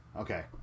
Okay